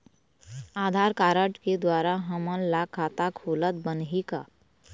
आधार card के द्वारा हमन ला खाता खोलत बनही का?